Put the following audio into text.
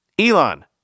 Elon